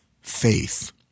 faith